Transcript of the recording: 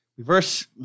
Reverse